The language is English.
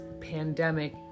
pandemic